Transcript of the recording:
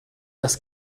das